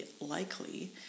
likely